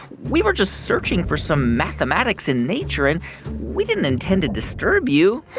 we were just searching for some mathematics in nature. and we didn't intend to disturb you